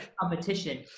Competition